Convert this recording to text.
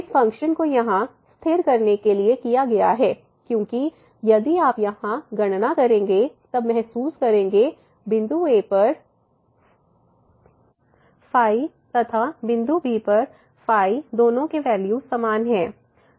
इस फ़ंक्शन को यहां स्थिर करने के लिए किया गया है क्योंकि यदि आप यहां गणना करेंगे तब महसूस करेंगे बिंदु a पर तथा बिंदु b पर दोनों के वैल्यू समान हैं